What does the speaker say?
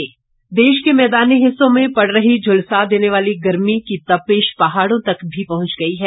मौसम देश के मैदानी हिस्सों में पड़ रही झुलसा देने वाली गर्मी की तपिश पहाड़ों तक भी पहुंच गई है